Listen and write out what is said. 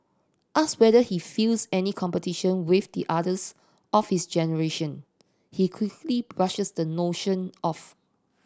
asked whether he feels any competition with the others of his generation he quickly brushes the notion off